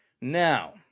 Now